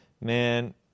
Man